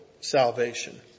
salvation